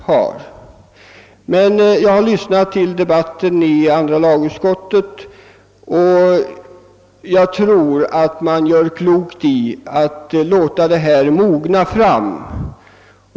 Jag har emellertid lyssnat till debatten i bl.a. andra lagutskottet, och jag tror att man gör klokt i att låta frågan mogna fram.